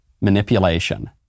manipulation